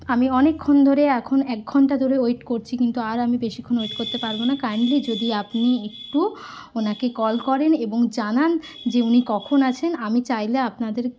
আমি অনেকক্ষন ধরে এখন এক ঘন্টা ধরে ওয়েট করছি কিন্তু আর আমি বেশিক্ষন ওয়েট করতে পারবো না কাইন্ডলি যদি আপনি একটু ওনাকে কল করেন এবং জানান যে উনি কখন আসেন আমি চাইলে আপনাদের